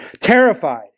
terrified